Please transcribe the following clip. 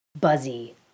buzzy